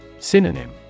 Synonym